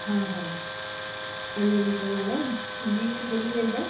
हा हा पंज लीटर वारा जी मिली वेंदा